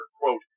quote